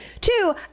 Two